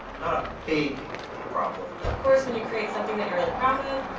not a big, deep problem. of course, when you create something that you're really proud of,